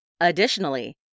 Additionally